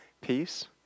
peace